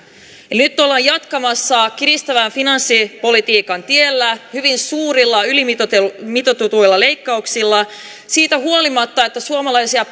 nyt ollaan jatkamassa kiristävän finanssipolitiikan tiellä hyvin suurilla ylimitoitetuilla ylimitoitetuilla leikkauksilla siitä huolimatta että suomalaisia